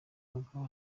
abagabo